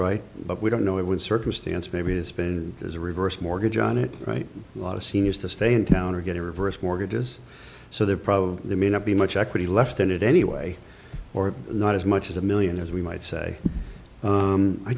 right but we don't know it would circumstance maybe to spend as a reverse mortgage on it right a lot of seniors to stay in town or get a reverse mortgages so there probably may not be much equity left in it anyway or not as much as a million as we might say